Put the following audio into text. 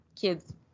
kids